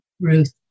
Ruth